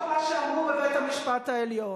ולא מתוך מה שאמרו בבית-המשפט העליון.